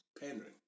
Pandering